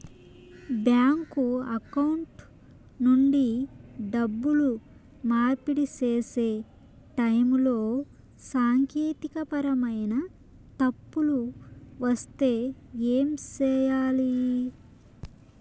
bank account నుండి డబ్బులు మార్పిడి సేసే టైములో సాంకేతికపరమైన తప్పులు వస్తే ఏమి సేయాలి